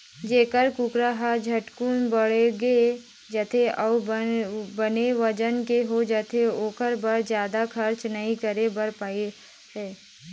जेन कुकरा ह झटकुन बाड़गे जाथे अउ बने बजन के हो जाथे ओखर बर जादा खरचा नइ करे बर परय